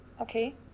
Okay